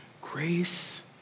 grace